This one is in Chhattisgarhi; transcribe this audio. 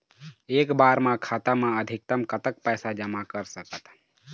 एक बार मा खाता मा अधिकतम कतक पैसा जमा कर सकथन?